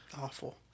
Awful